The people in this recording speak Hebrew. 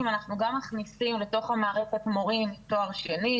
אנחנו גם מכניסים לתוך המערכת מורים עם תואר שני,